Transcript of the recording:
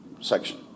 section